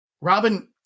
Robin